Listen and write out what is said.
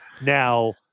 Now